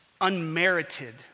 unmerited